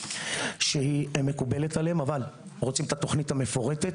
שהיא מקובלת עליהם אבל רוצים את התוכנית המפורטת.